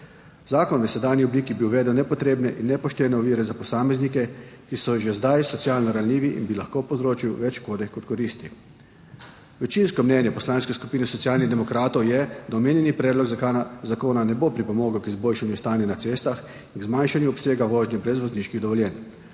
Zakon v sedanji obliki bi uvedel nepotrebne in nepoštene ovire za posameznike, ki so že zdaj socialno ranljivi, in bi lahko povzročil več škode kot koristi. Večinsko mnenje Poslanske skupine Socialnih demokratov je, da omenjeni predlog zakona ne bo pripomogel k izboljšanju stanja na cestah in k zmanjšanju obsega vožnje brez vozniških dovoljenj,